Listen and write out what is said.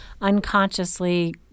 unconsciously